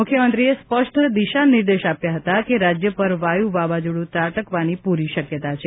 મુખ્યમંત્રીએ સ્પષ્ટ દિશા નિર્દેશો આપ્યા હતા કે રાજ્ય પર વાયુ વાવાઝોડું ત્રાટકવાની પૂરી શક્યતા છે